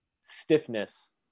stiffness